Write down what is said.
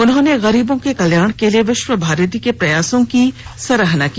उन्होंने गरीबों के कल्यााण के लिए विश्वभारती के प्रयासों की सराहना की